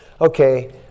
okay